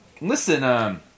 listen